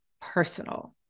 personal